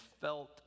felt